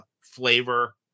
flavor